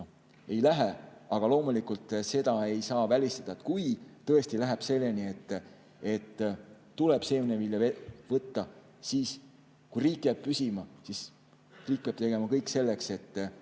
ei lähe. Aga loomulikult, seda ei saa välistada, et kui tõesti läheb selleni, et tuleb seemnevilja võtta, kui riik jääb püsima, siis riik peab tegema kõik selleks –